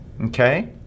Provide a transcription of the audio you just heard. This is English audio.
Okay